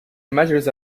measures